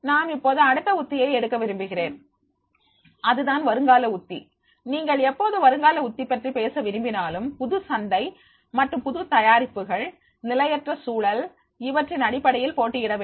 நாம் இப்போது அடுத்த உத்தியை எடுக்க விரும்புகிறேன் அதுதான் வருங்கால உத்தி நீங்கள் எப்போது வருங்கால உத்தி பற்றி பேச விரும்பினாலும் புது சந்தை மற்றும் புது தயாரிப்புகள்நிலையற்ற சூழல் இவற்றின் அடிப்படையில் போட்டியிட வேண்டும்